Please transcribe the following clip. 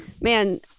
man